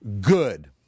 good